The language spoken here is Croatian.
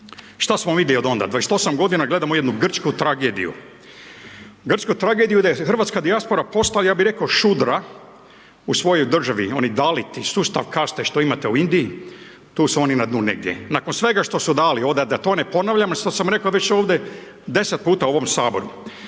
Šta smo vidli od onda? 28 godina gledamo jednu Grčku tragediju, Grčku tragediji gdje hrvatska dijaspora postaje ja bi reko šudra u svojoj državi, oni daliti sustav kaste što imate u Indiji, tu su oni na dnu negdje, nakon svega što su dali ovde, da to ne ponavljam jer sad sam reko već ovde 10 puta u ovom saboru.